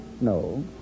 No